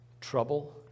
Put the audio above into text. trouble